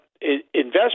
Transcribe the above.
investment